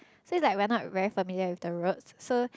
so it's like we're not very familiar with the roads so